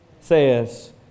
Says